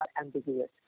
ambiguous